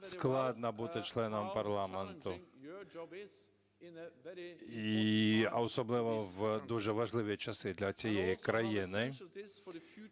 складно бути членом парламенту, а особливо в дуже важливі часи для цієї країни.